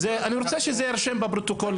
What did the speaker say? כבוד היושב-ראש, אני רוצה שזה יירשם בפרוטוקול,